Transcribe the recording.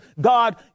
God